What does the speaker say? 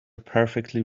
perfectly